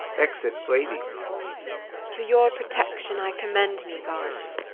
exit lady to your protection i commend me, gods.